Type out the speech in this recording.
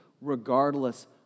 regardless